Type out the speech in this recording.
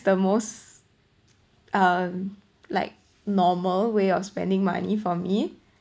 the most um like normal way of spending money for me